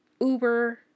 Uber